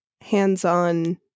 hands-on